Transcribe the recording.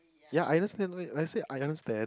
ya I understand right like I said I understand